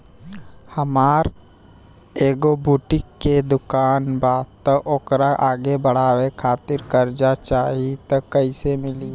हमार एगो बुटीक के दुकानबा त ओकरा आगे बढ़वे खातिर कर्जा चाहि त कइसे मिली?